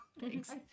thanks